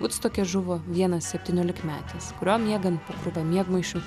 vudstoke žuvo vienas septyniolikmetis kurio miegant po krūva miegmaišių